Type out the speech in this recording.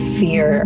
fear